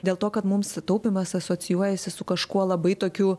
dėl to kad mums taupymas asocijuojasi su kažkuo labai tokiu